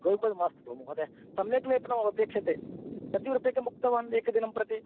गौपदं मास्तु भोः महोदय सम्यक् लेपणम् अपेक्षते कति रूप्यकम् उक्तवान् एकदिनं प्रति